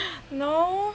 no